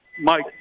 Mike